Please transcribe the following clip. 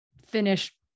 finish